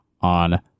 on